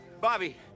bobby